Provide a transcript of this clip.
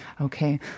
Okay